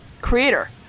creator